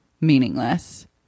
meaningless